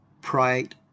pride